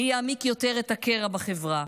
מי יעמיק יותר את הקרע בחברה,